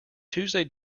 tuesday